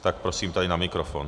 Tak prosím, tady na mikrofon.